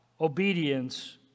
obedience